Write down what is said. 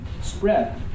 spread